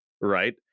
right